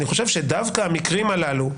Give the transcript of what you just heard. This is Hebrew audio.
אני חושב שדווקא המקרים הללו,